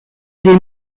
des